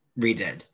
redid